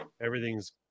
everything's